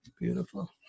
Beautiful